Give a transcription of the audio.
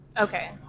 Okay